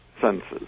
senses